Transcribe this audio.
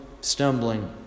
stumbling